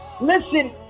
Listen